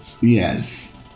Yes